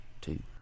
two